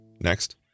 Next